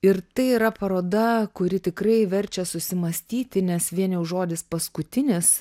ir tai yra paroda kuri tikrai verčia susimąstyti nes vien jau žodis paskutinis